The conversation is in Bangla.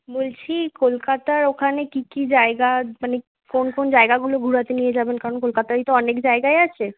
বলছি কলকাতার ওখানে কী কী জায়গা মানে কোন কোন জায়গাগুলো ঘুরাতে নিয়ে যাবেন কারণ কলকাতায় তো অনেক জায়গাই আছে